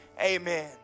Amen